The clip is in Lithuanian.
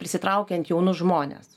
prisitraukiant jaunus žmones